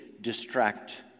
distract